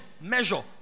measure